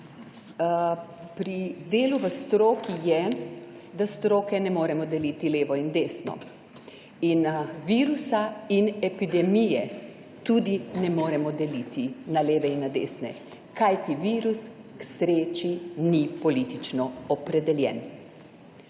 pri delu v stroku je, da stroke ne moremo deliti levo in desno. In virusa in epidemije tudi ne moremo deliti na leve in na desne, kajti virus k sreči ni politično opredeljen.